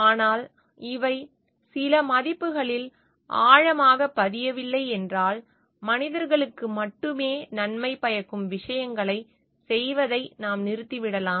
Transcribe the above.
ஆனால் இவை சில மதிப்புகளில் ஆழமாகப் பதியவில்லை என்றால் மனிதர்களுக்கு மட்டுமே நன்மை பயக்கும் விஷயங்களைச் செய்வதை நாம் நிறுத்திவிடலாம்